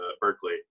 Berkeley